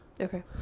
Okay